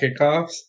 kickoffs